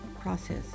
process